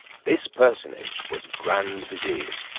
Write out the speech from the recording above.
this personage was grand vizier,